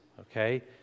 okay